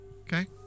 Okay